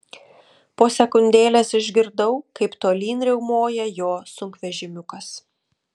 po sekundėlės išgirdau kaip tolyn riaumoja jo sunkvežimiukas